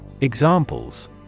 Examples